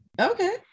okay